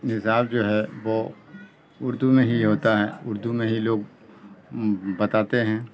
نصاب جو ہے وہ اردو میں ہی ہوتا ہے اردو میں ہی لوگ بتاتے ہیں